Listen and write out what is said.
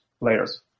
layers